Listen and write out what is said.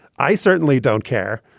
i certainly don't care,